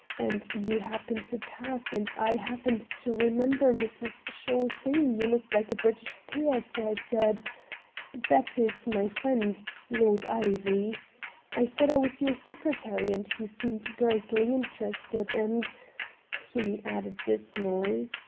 and you happened to pass, and i happened to remember mrs. shaw saying you looked like a british peer, so i said that is my friend lord ivy i said i was your secretary, and he seemed greatly interested, and kinney added dismally,